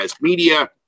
Media